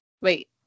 Wait